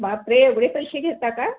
बापरे एवढे पैसे घेता का